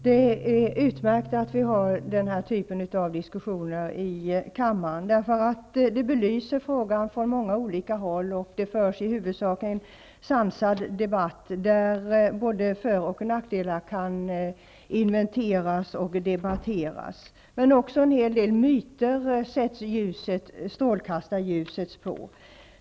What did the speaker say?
Herr talman! Det är utmärkt att vi har denna typ av diskussioner i kammaren. De belyser frågan från många olika håll, och det förs i huvudsak en sansad debatt, där både för och nackdelar kan inventeras och belysas. Men strålkastarljuset sätts också på en hel del myter.